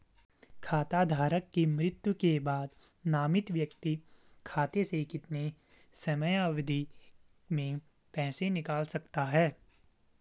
खाता धारक की मृत्यु के बाद नामित व्यक्ति खाते से कितने समयावधि में पैसे निकाल सकता है?